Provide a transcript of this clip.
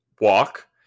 walk